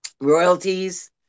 royalties